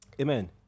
Amen